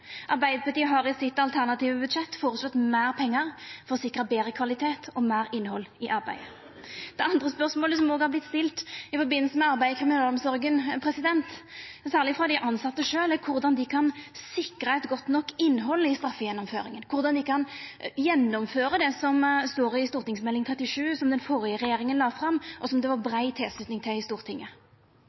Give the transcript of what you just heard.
Arbeidarpartiet har i sitt alternative budsjett føreslått meir pengar for å sikra betre kvalitet og meir innhald i arbeidet. Det andre spørsmålet som òg har vorte stilt i forbindelse med arbeidet i kriminalomsorga, særleg frå dei tilsette sjølv, er korleis dei kan sikra eit godt nok innhald i straffegjennomføringa, korleis dei kan gjennomføra det som står i St.meld. 37 for 2007–2008, som den førre regjeringa la fram, og som det var brei tilslutning til i Stortinget.